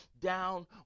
down